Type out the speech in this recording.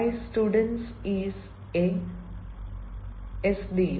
my student is A S D oh